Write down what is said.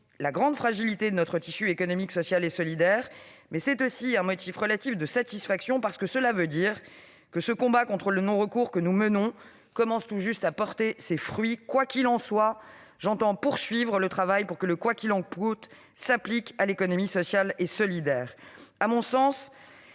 la grande fragilité de notre tissu économique social et solidaire, mais c'est aussi un motif relatif de satisfaction, parce que cela veut dire que ce combat contre le non-recours que nous menons commence tout juste à porter ses fruits. Quoi qu'il en soit, j'entends poursuivre le travail pour que le « quoi qu'il en coûte » s'applique à l'économie sociale et solidaire. À mon sens,